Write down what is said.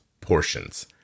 portions